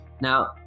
Now